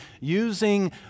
using